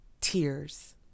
tears